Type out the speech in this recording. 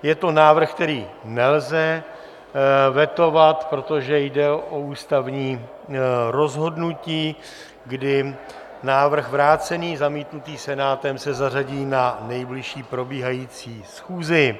Je to návrh, který nelze vetovat, protože jde o ústavní rozhodnutí, kdy návrh vrácený, zamítnutý Senátem, se zařadí na nejbližší probíhající schůzi.